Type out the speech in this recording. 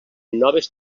noves